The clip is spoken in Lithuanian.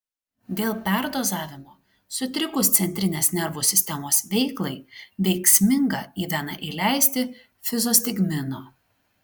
dėl perdozavimo sutrikus centrinės nervų sistemos veiklai veiksminga į veną įleisti fizostigmino